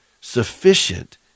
Sufficient